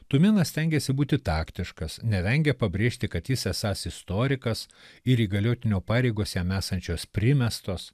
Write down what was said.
tumėnas stengėsi būti taktiškas nevengė pabrėžti kad jis esąs istorikas ir įgaliotinio pareigos jame esančios primestos